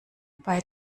bei